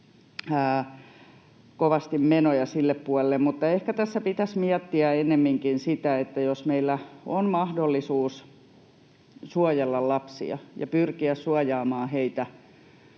kovasti menoja sille puolelle. Mutta ehkä tässä pitäisi miettiä ennemminkin tätä: jos meillä on mahdollisuus suojella lapsia ja pyrkiä suojaamaan heitä